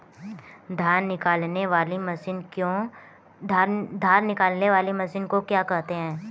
धान निकालने वाली मशीन को क्या कहते हैं?